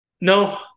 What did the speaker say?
No